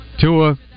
Tua